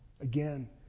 Again